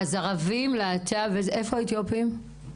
איפה האתיופים?